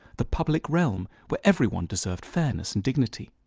the public realm, where everyone deserved fairness and dignity.